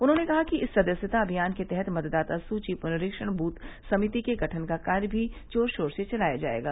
उन्होंने कहा कि इस सदस्यता अभियान के तहत मतदाता सूची पुनरीक्षण वृथ समिति के गठन का कार्य भी जोर शोर से चलाया जायेगा